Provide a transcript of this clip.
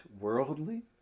worldly